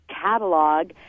catalog